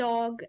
Dog